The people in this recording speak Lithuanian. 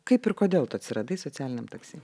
kaip ir kodėl tu atsiradai socialiniam taksi